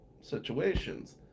situations